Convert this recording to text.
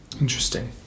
Interesting